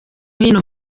hino